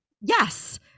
yes